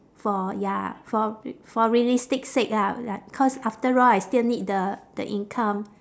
for ya for r~ for realistic sake lah like cause after all I still need the the income